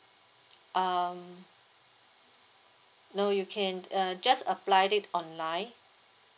um no you can uh just apply it online